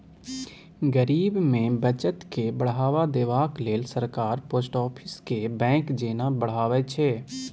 गरीब मे बचत केँ बढ़ावा देबाक लेल सरकार पोस्ट आफिस केँ बैंक जेना बढ़ाबै छै